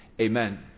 Amen